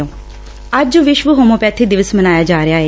ੱਜ ਵਿਸ਼ਵ ਹੋਮਿਓਪੈਥੀ ਦਿਵਸ ਮਨਾਇਆ ਜਾ ਰਿਹੈ